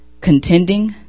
contending